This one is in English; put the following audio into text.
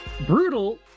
Brutal